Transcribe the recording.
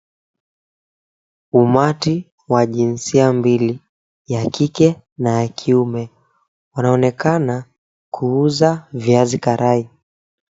Umati wa jinsia mbili; wa kike na wa kiume wanaonekana kuuza viazikarai.